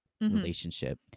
relationship